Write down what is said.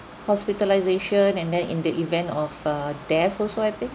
hospitalisation and then in the event of uh death also I think